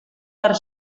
per